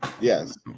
Yes